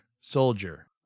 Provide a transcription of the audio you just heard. Soldier